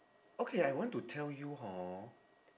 okay I want to tell you hor